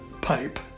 pipe